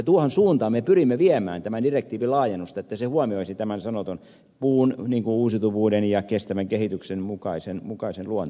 tuohon suuntaan me pyrimme viemään tämän direktiivin laajennusta että se huomioisi tämän sanotun puun uusiutuvuuden ja kestävän kehityksen mukaisen luonteen